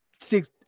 Six